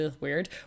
weird